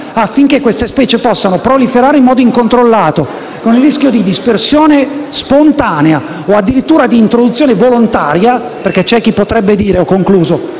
quale queste specie potrebbero proliferare in modo incontrollato, con il rischio di dispersione spontanea o addirittura di introduzione volontaria (perché c'è chi, non volendo denunciare,